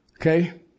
Okay